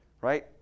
right